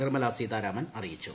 നിർമ്മലാ സീതാരാമൻ അറിയിച്ചു